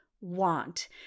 want